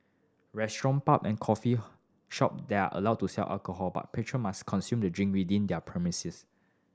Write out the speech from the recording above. restaurant pub and coffee shop there are allowed to sell alcohol but patron must consume the drink within their premises